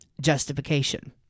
justification